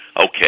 okay